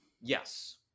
Yes